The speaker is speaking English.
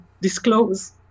disclose